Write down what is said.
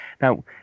Now